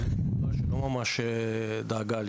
הייתה לי משפחה שלא ממש דאגה לי.